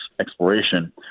exploration